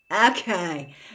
Okay